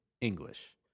English